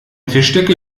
tischdecke